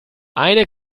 eine